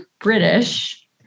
British